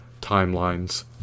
timelines